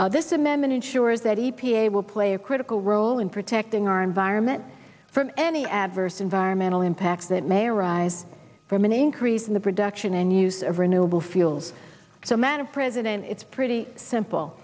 footprint this amendment ensures that e p a will play a critical role in protecting our environment from any adverse environmental impacts that may arise from an increase in the production and use of renewable fuels so man of president it's pretty simple